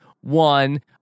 one